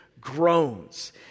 groans